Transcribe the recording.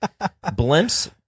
blimps